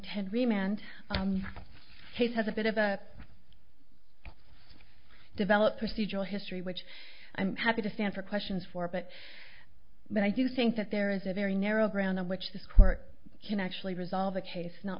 case has a bit of a developed procedural history which i'm happy to stand for questions for but but i do think that there is a very narrow grounds on which this court can actually resolve a case